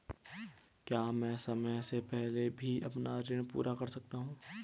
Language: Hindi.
क्या मैं समय से पहले भी अपना ऋण पूरा कर सकता हूँ?